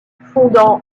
fondant